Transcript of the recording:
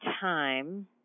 time